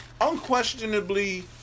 Unquestionably